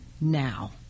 now